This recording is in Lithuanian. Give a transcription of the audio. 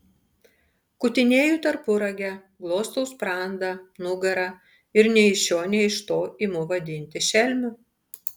kutinėju tarpuragę glostau sprandą nugarą ir nei iš šio nei iš to imu vadinti šelmiu